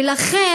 ולכן,